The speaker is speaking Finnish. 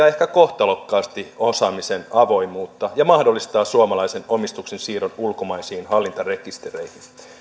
ehkä kohtalokkaasti osaamisen avoimuutta ja mahdollistaa suomalaisen omistuksen siirron ulkomaisiin hallintarekistereihin